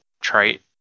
trait